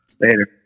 Later